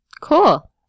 cool